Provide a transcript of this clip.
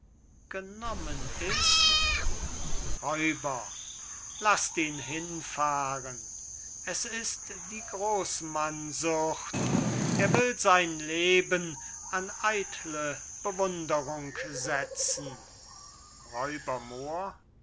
genommen ist räuber laßt ihn hinfahren es ist die groß mann sucht er will sein leben an eitle bewunderung setzen